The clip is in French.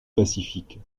pacifique